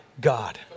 God